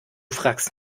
fragst